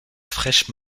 fraîche